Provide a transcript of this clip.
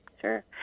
Sure